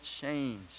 change